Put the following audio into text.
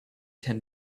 ten